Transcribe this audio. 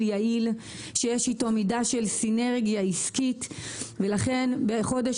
יעיל שיש איתו מידה של סינרגיה עסקית ולכן בחודש